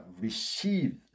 received